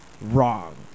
wrong